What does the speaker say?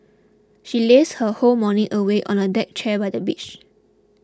she lazed her whole morning away on a deck chair by the beach